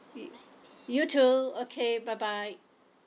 y~ you too okay bye bye